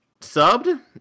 subbed